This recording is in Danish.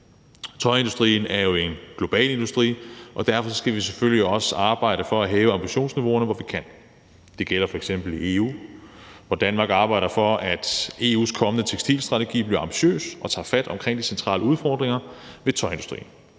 Tøjindustrien er jo en global industri, og derfor skal vi selvfølgelig også arbejde for at hæve ambitionsniveauerne, hvor vi kan. Det gælder f.eks. i EU, hvor Danmark arbejder for, at EU's kommende tekstilstrategi bliver ambitiøs og tager fat om de centrale udfordringer ved tøjindustrien.